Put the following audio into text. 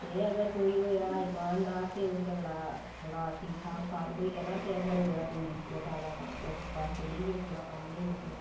ते अगर कोई होएआ ईमानदार ते ओह् झगड़ा थोह्ड़ा ठीक ठाक सालव होई जाना ते अगर होएआ कोई रिश्वत आह्ला ते तां उस पैसे लेइयै बी थुआढ़ा कम्म नेईं मुक्कना